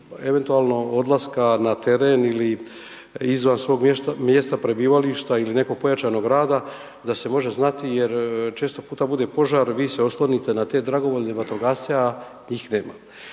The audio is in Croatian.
eventualno odlaska na teren ili izvan svog mjesta prebivališta ili nekog pojačanog rada, da se može znati jer često puta bude požar, vi se oslonite na te dragovoljne vatrogasce, a njih nema.